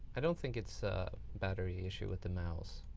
i don't think it's a battery issue with the mouse.